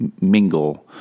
mingle